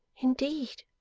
indeed